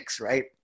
right